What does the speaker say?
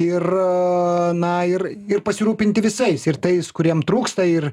ir na ir ir pasirūpinti visais ir tais kuriem trūksta ir